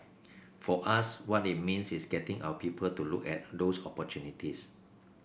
for us what it means is getting our people to look at those opportunities